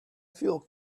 feel